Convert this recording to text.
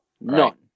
None